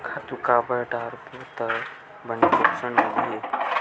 खातु काबर डारबो त बने पोषण मिलही?